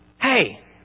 hey